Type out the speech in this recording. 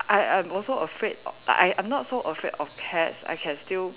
I am also afraid I I'm not so afraid of cats I can still